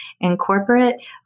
Incorporate